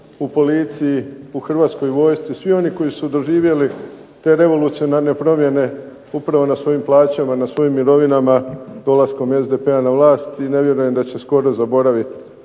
u policiji, u Hrvatskoj vojsci, svi oni koji su doživjeli te revolucionarne promjene upravo na svojim plaćama, na svojim mirovinama dolaskom SDP-a na vlast i ne vjerujem da će skoro zaboravit